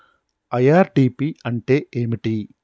IRDP అంటే ఏమిటి?